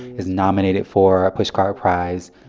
is nominated for a pushcart prize.